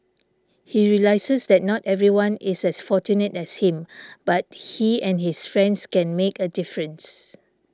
he realises that not everyone is as fortunate as him but he and his friends can make a difference